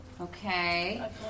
Okay